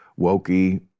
wokey